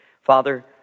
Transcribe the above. Father